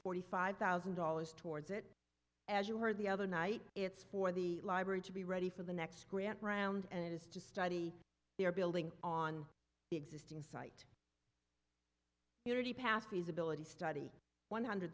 forty five thousand dollars towards it as you heard the other night it's for the library to be ready for the next grant round and it is to study they are building on the existing site unity pass feasibility study one hundred